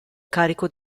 carico